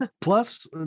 plus